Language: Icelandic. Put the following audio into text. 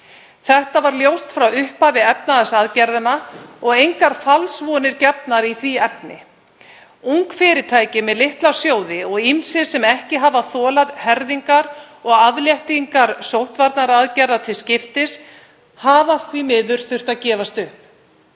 Þetta var ljóst frá upphafi efnahagsaðgerðanna og engar falsvonir gefnar í því efni. Ung fyrirtæki með litla sjóði og ýmsir sem ekki hafa þolað herðingar og afléttingar sóttvarnaaðgerða til skiptis hafa því miður þurft að gefast upp.